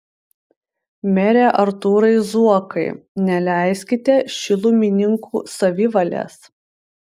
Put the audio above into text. mere artūrai zuokai neleiskite šilumininkų savivalės